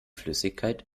flüssigkeit